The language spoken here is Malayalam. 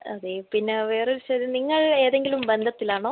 അതെ പിന്നെ വേറൊരു ചോദ്യം നിങ്ങൾ ഏതെങ്കിലും ബന്ധത്തിലാണോ